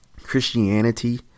Christianity